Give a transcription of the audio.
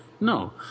No